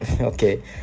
Okay